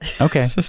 Okay